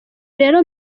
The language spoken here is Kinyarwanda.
rero